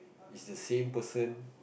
it's the same person